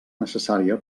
necessària